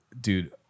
Dude